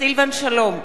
סילבן שלום,